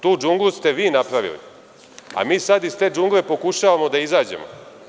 Tu džunglu ste vi napravili, a mi sad iz te džungle pokušavamo da izađemo.